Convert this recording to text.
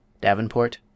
Davenport